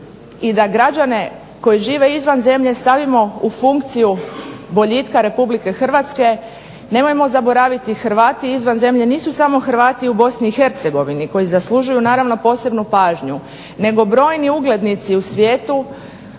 i da građane koji žive izvan zemlje stavimo u funkciju boljitka Republike Hrvatske. Nemojmo zaboraviti Hrvati izvan zemlje nisu samo Hrvati u Bosni i Hercegovini koji zaslužuju naravno posebnu pažnju, nego brojni uglednici u svijetu